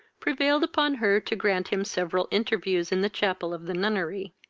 prevailed upon her to grant him several interviews in the chapel of the nunnery.